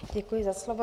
Děkuji za slovo.